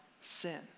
sin